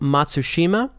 Matsushima